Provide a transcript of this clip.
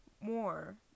more